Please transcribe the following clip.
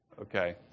Okay